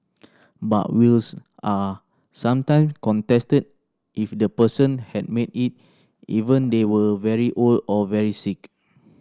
but wills are sometime contested if the person had made it ever they were very old or very sick